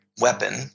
weapon